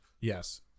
yes